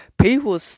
People